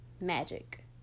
magic